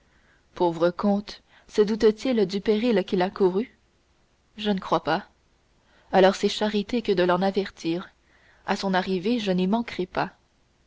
pauvre comte et se doute t il du péril qu'il a couru je ne crois pas alors c'est charité que de l'en avertir à son arrivée je n'y manquerai pas